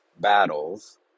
battles